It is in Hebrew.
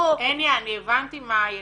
הניה, אני הבנתי מה הילדים.